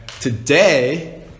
today